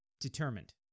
Determined